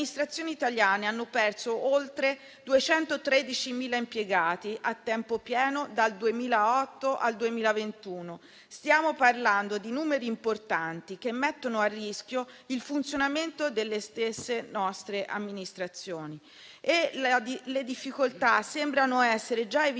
Le amministrazioni italiane hanno perso oltre 213.000 impiegati a tempo pieno dal 2008 al 2021. Stiamo parlando di numeri importanti che mettono a rischio il funzionamento delle stesse nostre amministrazioni. Le difficoltà sembrano essere già evidenti